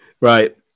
Right